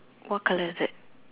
what colour is it